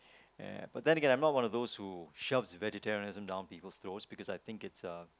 but then Again I'm not one of those who shove vegetarian down people throat because I think